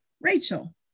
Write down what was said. Rachel